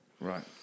right